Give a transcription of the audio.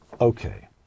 Okay